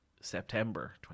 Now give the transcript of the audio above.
september